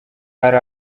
hari